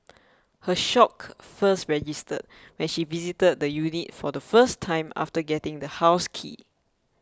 her shock first registered when she visited the unit for the first time after getting the house key